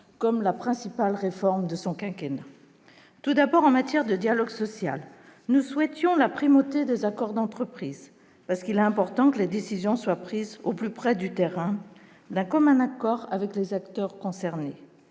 la principale réforme de son quinquennat. Tout d'abord, en matière de dialogue social, nous souhaitions la primauté des accords d'entreprise, parce qu'il est important que les décisions soient prises au plus près du terrain, d'un commun accord entre les acteurs concernés.